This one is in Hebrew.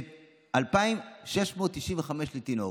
ו-2,695 לתינוק,